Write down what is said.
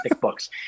books